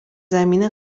زمینه